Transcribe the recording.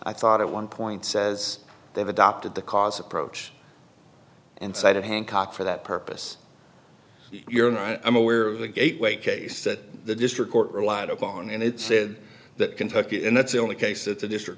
i thought it one point says they've adopted the cause approach and cited hancock for that purpose you're in i'm aware of the gateway case that the district court relied on and it's said that kentucky and that's the only case that the district